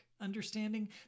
understanding